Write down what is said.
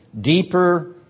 deeper